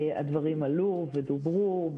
הדברים עלו ודוברו.